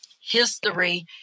history